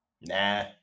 Nah